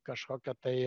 kažkokio tai